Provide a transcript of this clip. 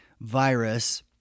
virus—